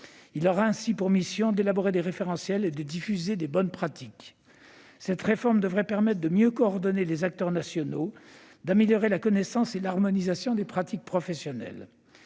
qui aura pour mission d'élaborer des référentiels et de diffuser de bonnes pratiques. Cette réforme devrait permettre de mieux coordonner les acteurs nationaux et d'améliorer la connaissance et l'harmonisation des pratiques professionnelles.